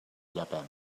llepem